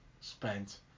spent